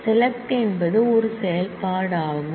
select என்பது ஒரு operation